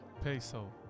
Peso